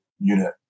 unit